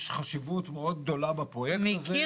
יש חשיבות מאוד גדולה בפרויקט הזה,